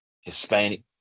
Hispanic